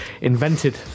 invented